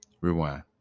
Rewind